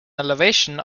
elevation